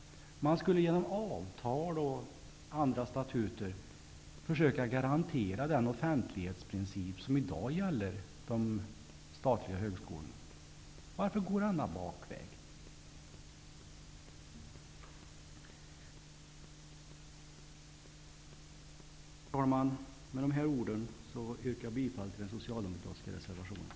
Man skulle genom avtal och andra statuter försöka garantera den offentlighetsprincip som i dag gäller de statliga högskolorna. Varför gå denna bakväg? Herr talman! Med dessa ord yrkar jag bifall till den socialdemokratiska reservationen.